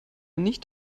nicht